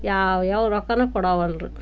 ಯಾವ ಯಾವ ರೊಕ್ಕನೂ ಕೊಡವಲ್ಲರು